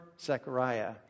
Zechariah